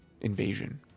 invasion